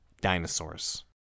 Dinosaurs